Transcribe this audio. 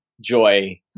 joy